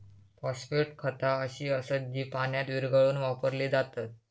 phosphate खता अशी असत जी पाण्यात विरघळवून वापरली जातत